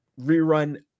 rerun